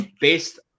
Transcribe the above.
Based